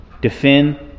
Defend